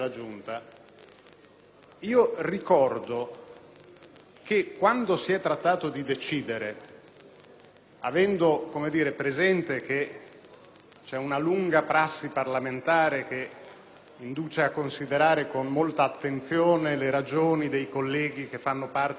io ricordo che quando si è trattato di decidere, avendo presente che c'è una lunga prassi parlamentare che induce a considerare con molta attenzione le ragioni dei colleghi che fanno parte dell'Assemblea